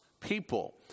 people